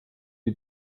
wie